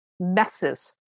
Messes